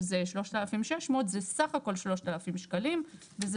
שזה 3,600 זה סך הכל 3,000 שקלים וזה